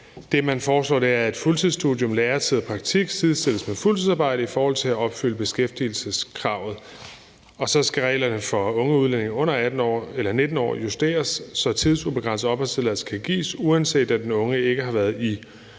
Det, man foreslår, er, at et fuldtidsstudium, læretid og praktiktid sidestilles med fuldtidsarbejde i forhold til at opfylde beskæftigelseskravet. Og så skal reglerne for unge udlændinge 19 år justeres, så tidsubegrænset opholdstilladelse kan gives, uanset at den unge ikke har været i uafbrudt